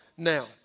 Now